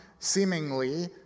seemingly